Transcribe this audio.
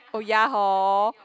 oh ya hor